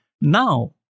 Now